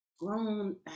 grown